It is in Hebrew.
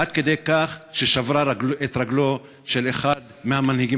עד כדי כך ששברה את רגלו של אחד המנהיגים